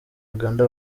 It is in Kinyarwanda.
uganda